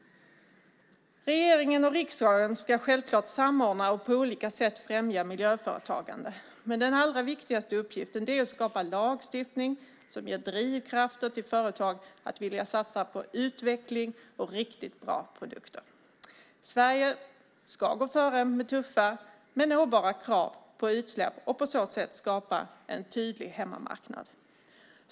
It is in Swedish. Regeringen och riksdagen ska självklart samordna och på olika sätt främja miljöföretagande. Den allra viktigaste uppgiften är att skapa lagstiftning som ger drivkrafter till företag att vilja satsa på utveckling och riktigt bra produkter. Sverige ska gå före med tuffa men nåbara krav på utsläpp och på så sätt skapa en tydlig hemmamarknad.